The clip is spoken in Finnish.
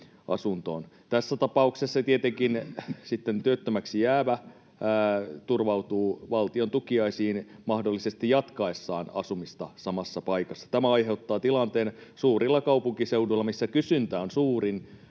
Tässä tapauksessa tietenkin sitten työttömäksi jäävä turvautuu valtion tukiaisiin mahdollisesti jatkaessaan asumista samassa paikassa. Tämä aiheuttaa suurilla kaupunkiseuduilla, missä kysyntä on suurin